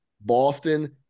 Boston